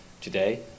today